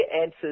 answers